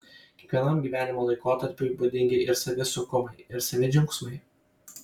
kiekvienam gyvenimo laikotarpiui būdingi ir savi sunkumai ir savi džiaugsmai